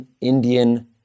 Indian